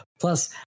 plus